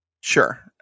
sure